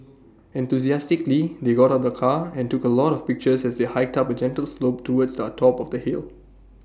enthusiastically they got out of the car and took A lot of pictures as they hiked up A gentle slope towards our top of the hill